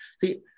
See